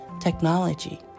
technology